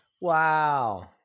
Wow